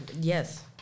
yes